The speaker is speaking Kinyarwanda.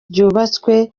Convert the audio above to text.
ryubatswe